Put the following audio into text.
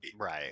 right